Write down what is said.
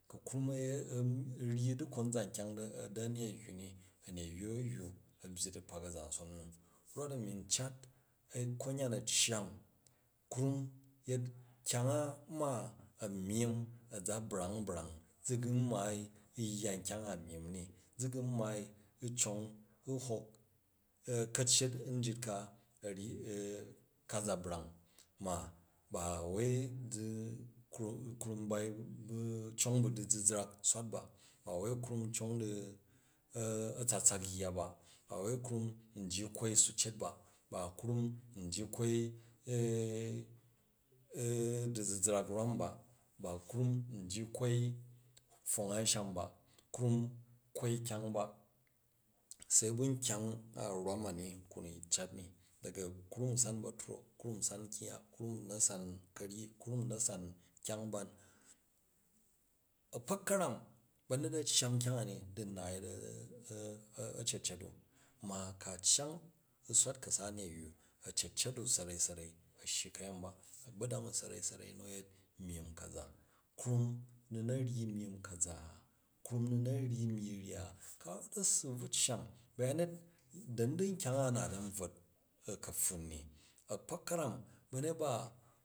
Ku̱ krum a̱ ryi di a̱neywu ni, a̱meywu a̱ywu, a̱ byyi dikpa a̱zan san, rot-ami a cat konyan a̱ cyang, krum yet kyang a ma myim a̱ za brang brang zi gu̱ u̱ ma̱ai yya nkyang a myim ni zi gu̱ u maai u̱ cong, u hok kacyet njit ka, ka za brang ma ba wei zi krum kai bu cong bu dizizrak swat ba, ba wai krum cong di a̱tsatsak yya ba, bawu krum nji kwoi sucet ba, ba krum nji kwoi dizizrak rwam ba, ba krum nji kwai pfong ansham ba, kum kwoi kyang ba se bu nkyang a rwam ani ku ni cat ni, daga knun u̱ san ba̱tro, krum u̱ san kyang ya, krum u̱ na̱ san karyi krum u̱ na̱ san kyang ba. A̱kpok ka̱ram banyet a̱ cyang n kyang ani di nna a̱yet a̱cecet u ma ku̱ a cyang u swat kasa a̱neywu, a̱cecet u sa̱rei-sa̱rei a̱ shyi ka̱yenu ba, a̱gbodang u sa̱rei sa̱rei nu a̱ yet myim kaza. Krum ni na̱ nji mujim kaza? Krum ni na̱ nuyyi rya? Ku̱ a rot a̱ssi u̱ bvu cyang bayanyet dani di nkyang naat an bwot a kaptan ni akpok karano banyet ba.